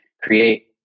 create